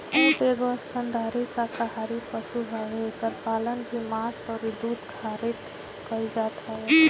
ऊँट एगो स्तनधारी शाकाहारी पशु हवे एकर पालन भी मांस अउरी दूध खारित कईल जात हवे